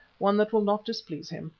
one that will not displease him.